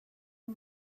and